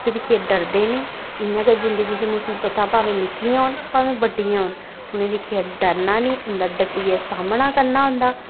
उसी दिक्खियै डरदे निं इ'यां गै जिंदगी च मसीबतां भामें निक्कियां होन भामें बड्डियां होन उ'नेंगी दिक्खियै डरना निं उं'दा डट्टियै सामना करना होंदा